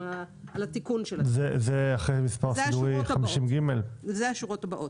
זה אחרי מספר סידורי 50ג. אלה השורות הבאות.